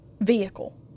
vehicle